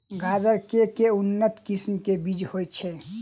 गाजर केँ के उन्नत किसिम केँ बीज होइ छैय?